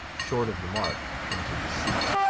short of the mark, into the sea.